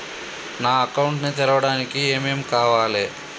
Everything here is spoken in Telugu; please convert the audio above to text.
నా అకౌంట్ ని తెరవడానికి ఏం ఏం కావాలే?